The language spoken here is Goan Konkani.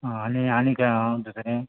आं आनी आनी खंय आं दुसरें